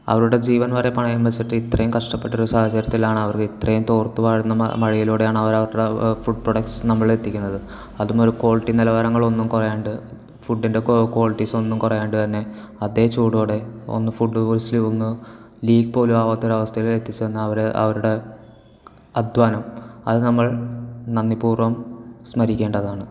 അവരുടെ ജീവൻവരെ പണയം വെച്ചിട്ട് ഇത്രയും കഷ്ടപ്പെട്ടൊരു സാഹചര്യത്തിലാണ് അവരിത്രയും തോർത്ത് വാഴുന്ന മഴയിലൂടെയാണ് അവര് അവരുടെ ഫുഡ് പ്രോഡക്റ്റ്സ് നമ്മളിലെത്തിക്കുന്നത് അതുമൊരു ക്വാളിറ്റി നിലവാരങ്ങളൊന്നും കുറയാണ്ട് ഫൂഡ്ഡിൻ്റെ ക്വാളിറ്റീസൊന്നും കുറയാണ്ടുതന്നെ അതേ ചൂടോടെ ഒന്ന് ഫുഡ്ഡ് ഒന്ന് ലീക് പോലുമാവാത്ത ഒരവസ്ഥയിൽ എത്തിച്ചുതന്ന അവരെ അവരുടെ അദ്ധ്വാനം അത് നമ്മൾ നന്ദിപൂർവം സ്മരിക്കേണ്ടതാണ്